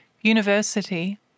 university